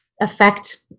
affect